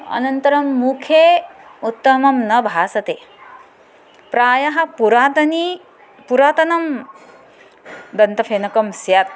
अनन्तरं मुखे उत्तमं न भासते प्रायः पुरातनं पुरातनं दन्तफेनकं स्यात्